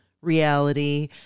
reality